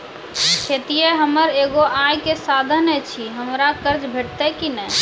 खेतीये हमर एगो आय के साधन ऐछि, हमरा कर्ज भेटतै कि नै?